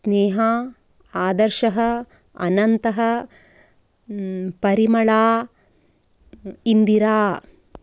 नेहा आदर्शः अनन्तः परिमला इन्दिरा